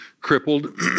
crippled